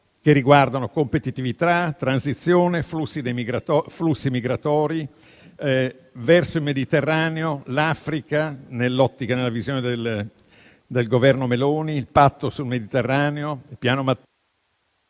in tema di competitività, transizione, flussi migratori verso il Mediterraneo, l'Africa nell'ottica e nella visione del Governo Meloni, il patto sul Mediterraneo, il Piano Mattei